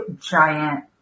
giant